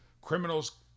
criminals